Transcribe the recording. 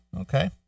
Okay